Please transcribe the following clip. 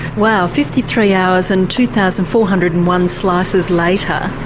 wow, fifty three hours and two thousand four hundred and one slices later,